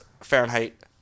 Fahrenheit